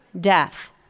death